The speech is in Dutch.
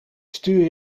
stuur